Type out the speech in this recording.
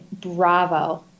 bravo